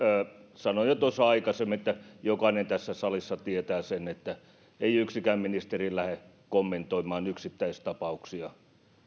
sanoin jo tuossa aikaisemmin että jokainen tässä salissa tietää sen että ei yksikään ministeri lähde kommentoimaan yksittäistapauksia